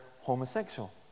homosexual